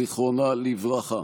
זיכרונה לברכה.